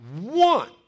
one